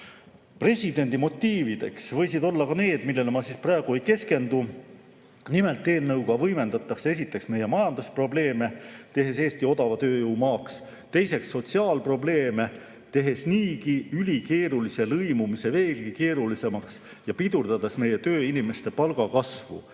Presidendi motiivideks võisid olla ka need, millele ma praegu ei keskendu. Nimelt, eelnõuga võimendatakse esiteks meie majandusprobleeme, tehes Eesti odava tööjõu maaks, teiseks sotsiaalprobleeme, tehes niigi ülikeerulise lõimumise veelgi keerulisemaks ja pidurdades meie tööinimeste palgakasvu,